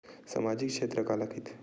सामजिक क्षेत्र काला कइथे?